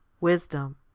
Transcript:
wisdom